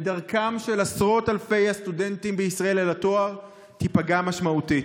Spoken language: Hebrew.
ודרכם של עשרות אלפי הסטודנטים בישראל אל התואר תיפגע משמעותית.